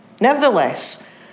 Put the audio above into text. Nevertheless